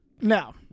No